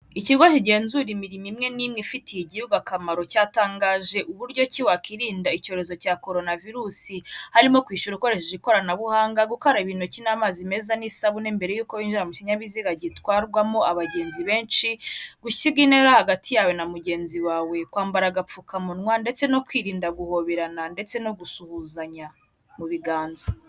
Ikigo kigenzura imirimo imwe n'imwe ifitiye igihugu akamaro cyatangaje uburyo ki wakwirinda icyorezo cya corona virusi, harimo kwishyura ukoresheje ikoranabuhanga, gukaraba intoki n'amazi meza n'isabune mbere yo kwibinjira mu kinyabiziga gitwarwamo abagenzi benshi, gusiga intera hagati yawe na mugenzi wawe, kwambara agapfukamunwa ndetse no kwirinda guhoberana ndetse no gusuhuzanya mu biganza.